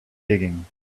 digging